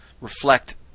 reflect